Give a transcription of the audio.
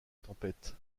tempête